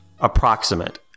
approximate